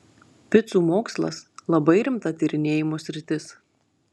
picų mokslas labai rimta tyrinėjimo sritis